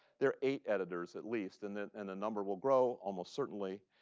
there are eight editors at least, and the and number will grow almost certainly.